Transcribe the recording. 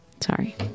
Sorry